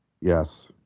Yes